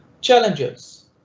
Challenges